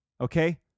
okay